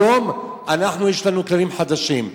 היום יש לנו כללים חדשים.